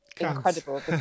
incredible